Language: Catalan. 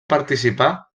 participar